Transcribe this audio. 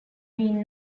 been